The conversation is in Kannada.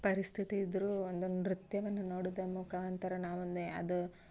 ಪರಿಸ್ಥಿತಿ ಇದ್ರೂ ಒಂದು ನೃತ್ಯವನ್ನು ನೋಡುವ ಮುಖಾಂತರ ನಾವನ್ನೆ ಅದು